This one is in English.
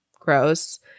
gross